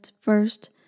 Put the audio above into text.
first